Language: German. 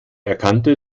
erkannte